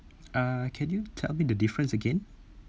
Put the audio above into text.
uh can you tell me the difference again